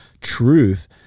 truth